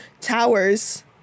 Towers